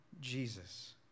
Jesus